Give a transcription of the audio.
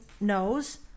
knows